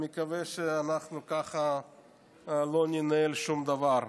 אני מקווה שככה לא ננהל שום דבר.